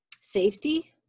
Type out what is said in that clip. safety